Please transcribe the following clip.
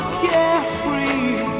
carefree